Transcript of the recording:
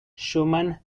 schumann